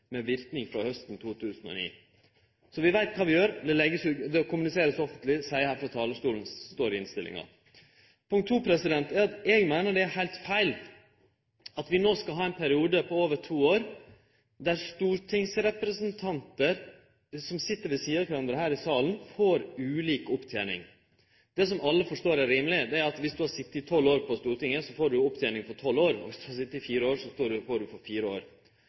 med virkning fra høsten 2009.» Så vi veit kva vi gjer: Det er kommunisert offentleg, det vert sagt her frå talarstolen, det står i innstillinga. For det andre meiner eg det er heilt feil at vi no skal ha ein periode på over to år, der stortingsrepresentantar som sit ved sida av kvarandre her i salen, får ulik opptening. Det som alle forstår er rimeleg, er at viss du har sete tolv år på Stortinget, får du ei opptening for tolv år, og viss du har sete i fire år, så får du for fire år.